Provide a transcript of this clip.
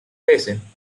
basin